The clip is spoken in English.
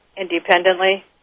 independently